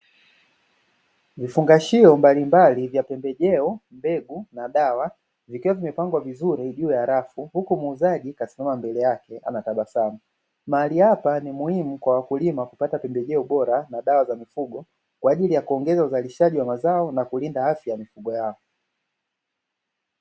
Vifungashio mbalimbali vya pembejeo, mbegu na dawa vikiwa vimepangwa vizuri juu ya rafu huku muuzaji kasimama pembeni mbele yake anatabasamu, mahali hapa ni muhimu kwa wakulima kupata pembejeo bora na dawa za mifugo kwa ajili ya kuongeza uzalishaji wa mazao na kulinda afya za wanyama wao.